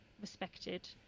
respected